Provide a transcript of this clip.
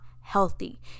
healthy